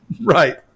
Right